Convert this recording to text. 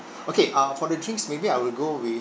okay uh for the drinks maybe I will go with